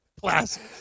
Classic